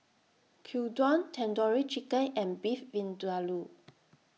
Gyudon Tandoori Chicken and Beef Vindaloo